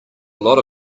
lot